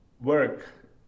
work